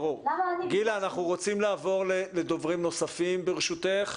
גילה, אנחנו רוצים לעבור לדוברים נוספים ברשותך.